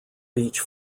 beach